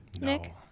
Nick